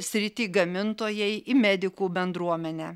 sritį gamintojai į medikų bendruomenę